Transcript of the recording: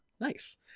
Nice